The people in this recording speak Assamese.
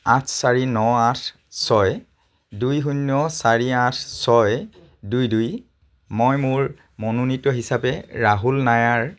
আঠ চাৰি ন আঠ ছয় দুই শূন্য চাৰি আঠ ছয় দুই দুই মই মোৰ মনোনীত হিচাপে ৰাহুল নায়াৰ